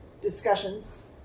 discussions